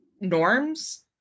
norms